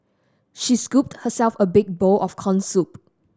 she scooped herself a big bowl of corn soup